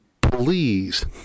please